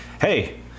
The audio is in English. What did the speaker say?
hey